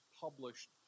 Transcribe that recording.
published